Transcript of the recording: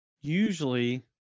usually